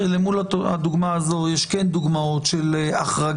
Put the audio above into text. הרי למול הדוגמה הזאת יש כן דוגמאות של החרגת